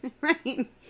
right